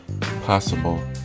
possible